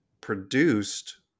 produced